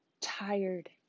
tired